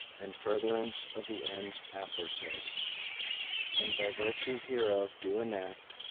and furtherance of the ends aforesaid and by virtue hereof do enact,